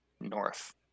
North